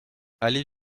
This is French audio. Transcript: allée